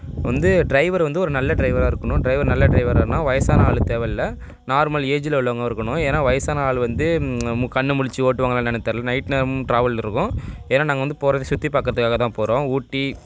வந்து டிரைவர் வந்து ஒரு நல்ல டிரைவராக இருக்கணும் டிரைவர் நல்ல டிரைவரானா வயசான ஆள் தேவை இல்லை நார்மல் ஏஜில் உள்ளவங்க இருக்கணும் ஏன்னால் வயதான ஆள் வந்து கண்ணு முழிச்சு ஓட்டுவாங்களா என்னன்னு தெரியல நைட் நேரமும் ட்ராவல் இருக்கும் ஏன்னால் நாங்கள் வந்து போவது சுற்றி பார்க்குறதுக்காக தான் போகிறோம் ஊட்டி